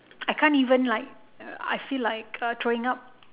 I can't even like I feel like uh throwing up